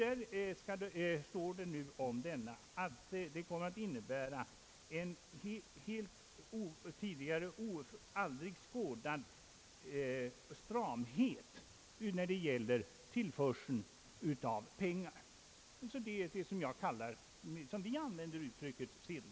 I redogörelsen står det att man kommer att få uppleva en tidigare aldrig skådad stramhet när det gäller tillförseln av pengar — money supply — eller sedelmängden för att använda vårt uttryckssätt.